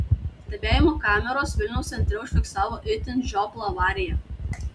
stebėjimo kameros vilniaus centre užfiksavo itin žioplą avariją